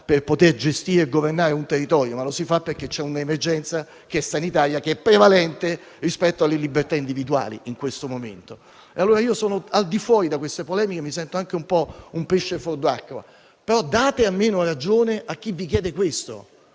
per poter gestire e governare un territorio, ma lo si fa perché c'è un'emergenza sanitaria che in questo momento è prevalente rispetto alle libertà individuali. Io sono al di fuori di queste polemiche e mi sento anche un po' un pesce fuor d'acqua, però date almeno ragione a chi vi chiede questo,